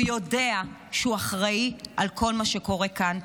הוא יודע שהוא אחראי לכל מה שקורה כאן,